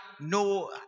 no